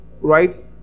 Right